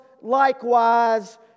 likewise